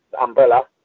Umbrella